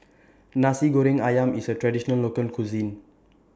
Nasi Goreng Ayam IS A Traditional Local Cuisine